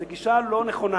זאת גישה לא נכונה.